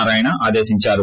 నారాయణ ఆదేశించారు